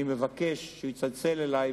אני מבקש שהוא יצלצל אלי,